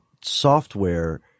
software